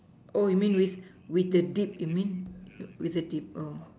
oh you mean with with the dip you mean with the dip oh